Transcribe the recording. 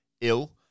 ill